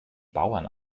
bauern